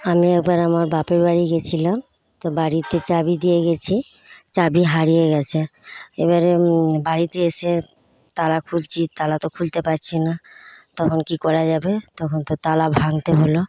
আমি একবার আমার বাপের বাড়ি গেছিলাম তা বাড়িতে চাবি দিয়ে গেছি চাবি হারিয়ে গেছে এবারে বাড়িতে এসে তালা খুলছি তালা তো খুলতে পারছি না তখন কি করা যাবে তখন তো তালা ভাঙতে হল